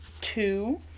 two